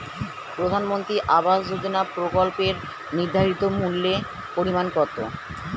প্রধানমন্ত্রী আবাস যোজনার প্রকল্পের নির্ধারিত মূল্যে পরিমাণ কত?